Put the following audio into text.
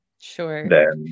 Sure